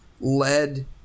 lead